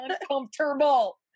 uncomfortable